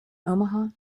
omaha